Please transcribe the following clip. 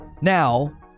Now